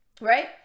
right